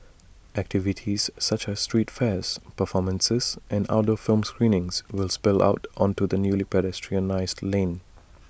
activities such as street fairs performances and outdoor film screenings will spill out onto the newly pedestrianised lane